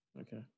Okay